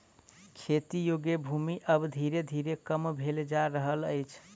खेती योग्य भूमि आब धीरे धीरे कम भेल जा रहल अछि